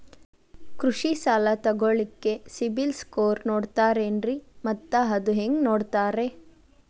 ಕೃಷಿ ಸಾಲ ತಗೋಳಿಕ್ಕೆ ಸಿಬಿಲ್ ಸ್ಕೋರ್ ನೋಡ್ತಾರೆ ಏನ್ರಿ ಮತ್ತ ಅದು ಹೆಂಗೆ ನೋಡ್ತಾರೇ?